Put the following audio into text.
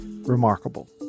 Remarkable